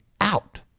out